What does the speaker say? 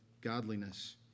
godliness